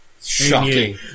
Shocking